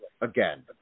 again